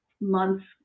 months